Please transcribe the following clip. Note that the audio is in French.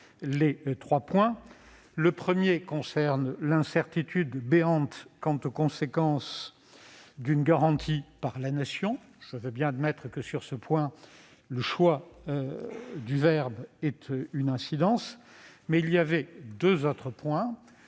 le Sénat. Le premier concerne l'incertitude béante quant aux conséquences d'une telle garantie par la Nation. Je veux bien admettre que, sur ce point, le choix du verbe ait une incidence. Deux autres points